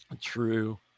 True